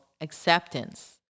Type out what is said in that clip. acceptance